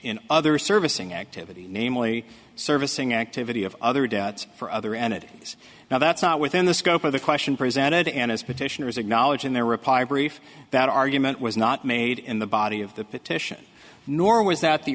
in other servicing activities namely servicing activity of other debts for other and it has now that's not within the scope of the question presented and as petitioners acknowledge in their reply brief that argument was not made in the body of the petition nor was that the